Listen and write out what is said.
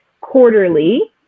quarterly